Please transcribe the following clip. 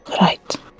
Right